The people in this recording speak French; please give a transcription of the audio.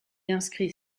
inscrit